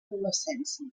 adolescència